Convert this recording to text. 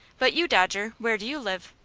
but you, dodger, where do you live?